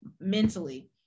mentally